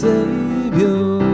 Savior